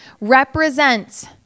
represents